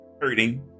Hurting